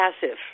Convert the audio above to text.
passive